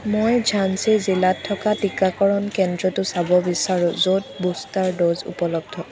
মই ঝান্সী জিলাত থকা টীকাকৰণ কেন্দ্ৰটো চাব বিচাৰোঁ য'ত বুষ্টাৰ ড'জ উপলব্ধ